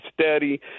steady